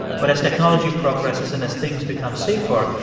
but as technology progresses and as things become safer,